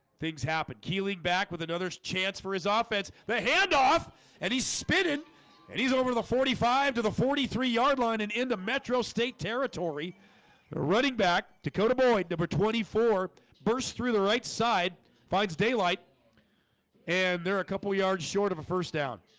things happen kilig back with another chance for his ah offense the handoff and he spit it and he's over the forty five to the forty three yard line and in the metro state territory running back dakota boy number twenty four burst through the right side finds daylight and there are a couple yards short of a first down